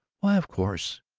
why, of course!